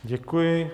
Děkuji.